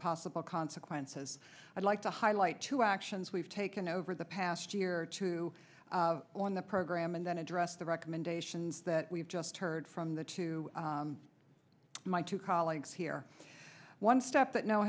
possible consequences i'd like to highlight two actions we've taken over the past year or two on the program and then address the recommendations that we've just heard from the two my two colleagues here one step that no